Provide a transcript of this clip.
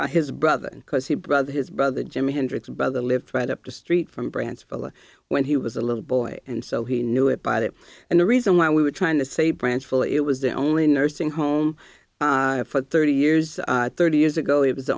not his brother because he brought his brother jimmy hendrix brother lived right up the street from branson fella when he was a little boy and so he knew it by that and the reason why we were trying to say branch full it was the only nursing home for thirty years thirty years ago it was the